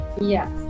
Yes